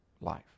life